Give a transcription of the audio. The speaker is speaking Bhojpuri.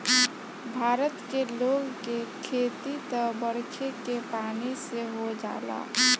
भारत के लोग के खेती त बरखे के पानी से हो जाला